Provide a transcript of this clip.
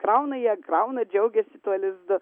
krauna jie krauna džiaugiasi tuo lizdu